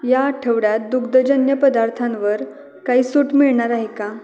या आठवड्यात दुग्धजन्य पदार्थांवर काही सूट मिळणार आहे का